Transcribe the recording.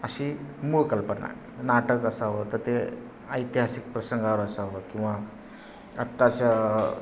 अशी मूळ कल्पना नाटक असावं तर ते ऐतिहासिक प्रसंगावर असावं किंवा आत्ताच्या